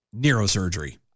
neurosurgery